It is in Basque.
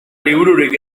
libururik